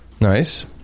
nice